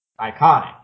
iconic